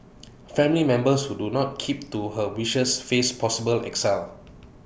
family members who do not keep to her wishes face possible exile